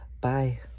Bye